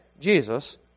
Jesus